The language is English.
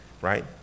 right